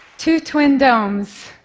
two twin domes,